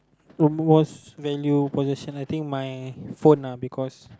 the most value possession I think my phone ah because